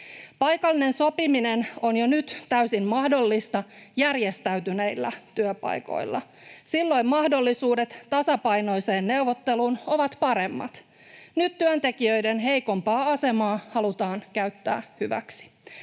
Paikallinen sopiminen on jo nyt täysin mahdollista järjestäytyneillä työpaikoilla. Silloin mahdollisuudet tasapainoiseen neuvotteluun ovat paremmat. Nyt työntekijöiden heikompaa asemaa halutaan käyttää hyväksi.